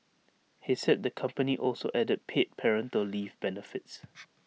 he said the company also added paid parental leave benefits